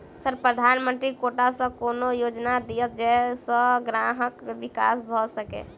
Sir प्रधानमंत्री कोटा सऽ कोनो योजना दिय जै सऽ ग्रामक विकास भऽ सकै?